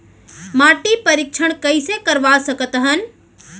माटी परीक्षण कइसे करवा सकत हन?